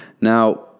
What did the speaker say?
now